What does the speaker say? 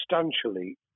substantially